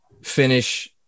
finish